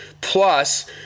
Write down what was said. Plus